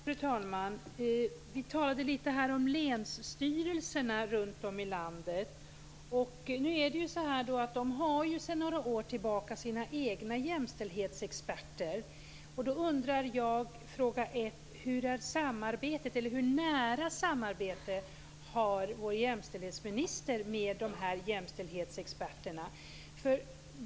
Fru talman! Vi talade litet grand om länsstyrelserna runt om i landet. Dessa har ju sedan några år tillbaka sina egna jämställdhetsexperter. Min första fråga är då: Hur nära samarbete har vår jämställdhetsminister med dessa jämställdhetsexperter?